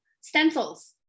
stencils